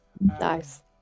Nice